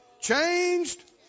changed